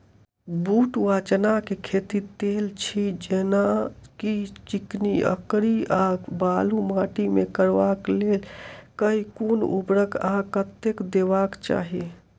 बूट वा चना केँ खेती, तेल छी जेना की चिकनी, अंकरी आ बालू माटि मे करबाक लेल केँ कुन उर्वरक आ कतेक देबाक चाहि?